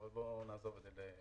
אבל נעזוב את זה כרגע.